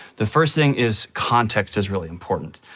the first thing is, context is really important.